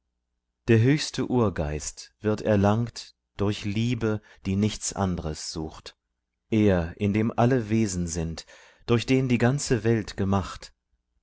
der höchste urgeist wird erlangt durch liebe die nichts andres sucht er in dem alle wesen sind durch den die ganze welt gemacht